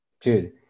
Dude